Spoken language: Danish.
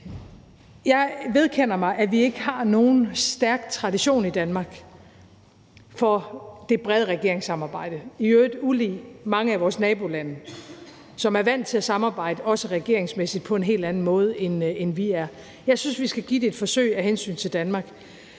Jeg vedkender mig, at vi i Danmark ikke har nogen stærk tradition for det brede regeringssamarbejde, i øvrigt ulig mange af vores nabolande, som også regeringsmæssigt er vant til at samarbejde på en helt anden måde, end vi er. Jeg synes, vi skal gøre et forsøg af hensyn til Danmark.